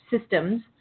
systems